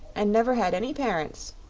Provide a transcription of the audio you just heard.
and never had any parents,